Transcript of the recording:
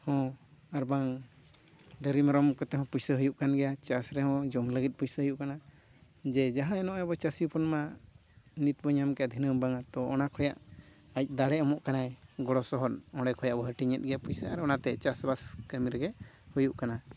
ᱦᱚᱸ ᱟᱨ ᱵᱟᱝ ᱰᱟᱝᱨᱤ ᱢᱮᱨᱚᱢ ᱠᱟᱛᱮ ᱦᱚᱸ ᱯᱩᱭᱥᱟᱹ ᱦᱩᱭᱩᱜ ᱠᱟᱱ ᱜᱮᱭᱟ ᱪᱟᱥ ᱨᱮᱦᱚᱸ ᱡᱚᱢ ᱞᱟᱹᱜᱤᱫ ᱯᱩᱭᱥᱟᱹ ᱦᱩᱭᱩᱜ ᱠᱟᱱᱟ ᱡᱮ ᱡᱟᱦᱟᱸᱭ ᱟᱵᱚ ᱪᱟᱹᱥᱤ ᱦᱚᱯᱚᱱ ᱢᱟ ᱱᱤᱛᱵᱚᱱ ᱧᱟᱢ ᱠᱮᱜᱼᱟ ᱫᱷᱤᱱᱟᱹᱱ ᱵᱟᱝᱼᱟ ᱛᱳ ᱚᱱᱟ ᱠᱷᱚᱱᱟᱜ ᱟᱡ ᱫᱟᱲᱮ ᱮᱢᱚᱜ ᱠᱟᱱᱟᱭ ᱜᱚᱲᱚ ᱥᱚᱦᱚᱫ ᱚᱸᱰᱮ ᱠᱷᱚᱡ ᱟᱵᱚ ᱦᱟᱹᱴᱤᱧᱮᱜ ᱜᱮᱭᱟ ᱯᱚᱭᱥᱟ ᱟᱨ ᱚᱱᱟᱛᱮ ᱪᱟᱥᱵᱟᱥ ᱠᱟᱹᱢᱤ ᱨᱮᱜᱮ ᱦᱩᱭᱩᱜ ᱠᱟᱱᱟ